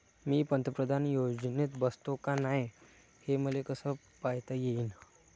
मी पंतप्रधान योजनेत बसतो का नाय, हे मले कस पायता येईन?